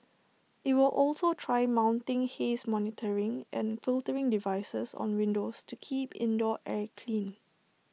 IT will also try mounting haze monitoring and filtering devices on windows to keep indoor air clean